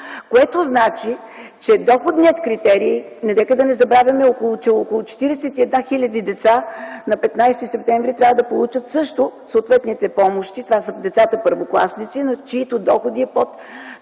което значи, че доходният критерий… Нека да не забравяме, че около 41 хил. деца на 15 септември трябва да получат също съответните помощи, това са децата първокласници, чиито доходи са под